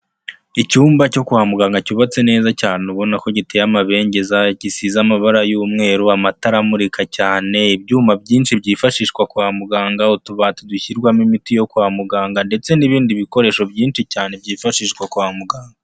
Icyumba cyo kwa muganga cyubatse neza cyane ubona ko giteye amabengeza, gisize amabara y'umweru, amatara amurika cyane, ibyuma byinshi byifashishwa kwa muganga, utubati dushyirwamo imiti yo kwa muganga ndetse n'ibindi bikoresho byinshi cyane byifashishwa kwa muganga.